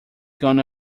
gone